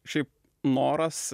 šiaip noras